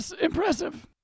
Impressive